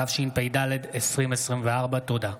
התשפ"ד 2024. תודה.